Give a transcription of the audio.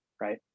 right